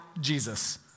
Jesus